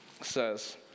says